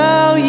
Now